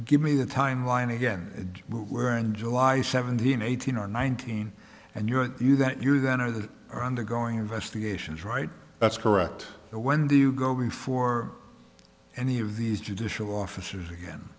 give me the timeline again where in july seventeen eighteen or nineteen and you are you that you then or that are undergoing investigations right that's correct when do you go before any of these judicial officers again